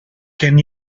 can